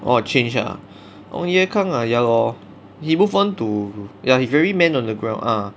or change ah ong ye kung ah ya lor he move on to ya he is very man on the ground ah